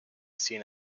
seen